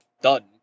Done